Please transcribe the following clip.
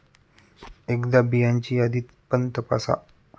एकदा बियांची यादी पण तपासा